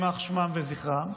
יימח שמם וזכרם,